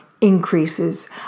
increases